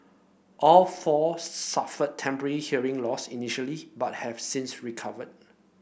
all four suffered temporary hearing loss initially but have since recovered